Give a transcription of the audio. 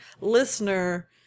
listener